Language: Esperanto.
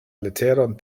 leteron